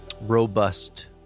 robust